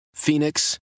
Phoenix